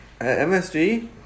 MSG